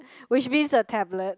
which means a tablet